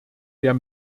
der